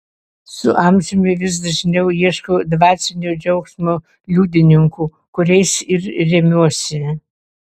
su amžiumi vis dažniau ieškau dvasinio džiaugsmo liudininkų kuriais ir remiuosi